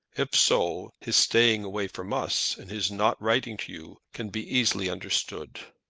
if so, his staying away from us, and his not writing to you, can be easily understood.